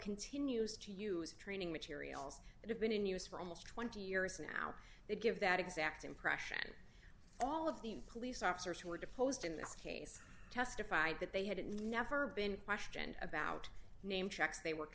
continues to use training materials that have been in use for almost twenty years now they give that exact impression all of the police officers who are deployed in this case testified that they had never been questioned about name checks they were